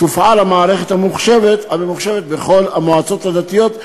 תופעל המערכת הממוחשבת בכל המועצות הדתיות,